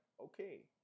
okay